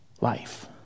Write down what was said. life